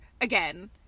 Again